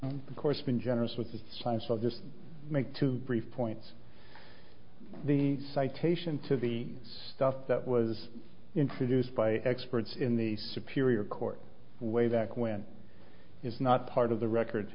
because of course been generous with his science i'll just make two brief points the citation to the stuff that was introduced by experts in the superior court way back when is not part of the record